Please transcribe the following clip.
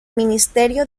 ministerio